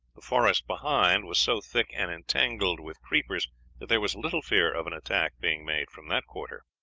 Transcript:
the forest behind was so thick and entangled with creepers that there was little fear of an attack being made from that quarter.